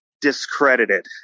discredited